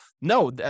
no